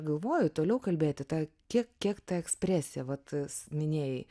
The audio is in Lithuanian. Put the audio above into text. galvoju toliau kalbėti ta kiek kiek ta ekspresija vat s minėjai